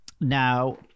Now